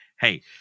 Hey